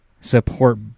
support